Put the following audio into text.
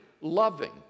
loving